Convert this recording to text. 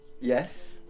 Yes